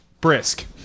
Brisk